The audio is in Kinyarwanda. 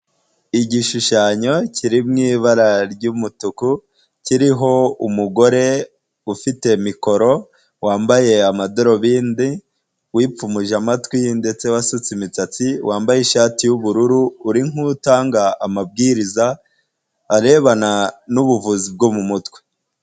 Igishushanyo kiri mu ibara ry'umutuku kiriho umugore ufite mikoro wambaye amadarubindi wipfumuje amatwi ye ndetse wasutse imisatsi wambaye ishati y'ubururu uri nkutanga amabwiriza arebana n'ubuvuzi bwo mu mutwe.